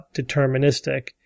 deterministic